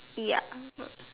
ya